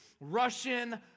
Russian